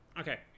okay